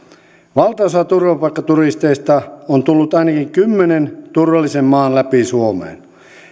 valtaosa turvapaikkaturisteista on tullut ainakin kymmenen turvallisen maan läpi suomeen